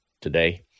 today